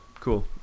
cool